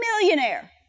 millionaire